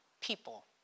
people